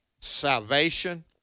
salvation